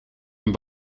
een